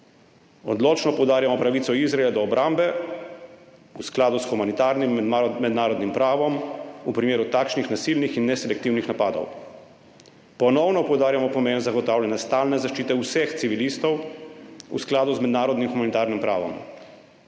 Odločno poudarjamo pravico Izraela do obrambe v skladu s humanitarnim in mednarodnim pravom v primeru takšnih nasilnih in neselektivnih napadov. Ponovno poudarjamo pomen zagotavljanja stalne zaščite vseh civilistov v skladu z mednarodnim humanitarnim pravom.